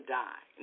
die